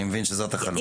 אני מבין שזאת החלוקה.